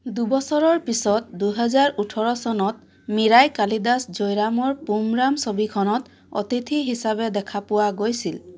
দুবছৰৰ পিছত দুহাজাৰ ওঠৰ চনত মীৰাই কালীদাস জয়ৰামৰ পুমৰাম ছবিখনত অতিথি হিচাপে দেখা পোৱা গৈছিল